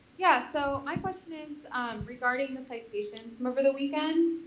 yeah so my question is regarding the citations from over the weekend,